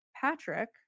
Patrick